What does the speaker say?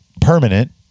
permanent